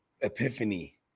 epiphany